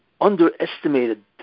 underestimated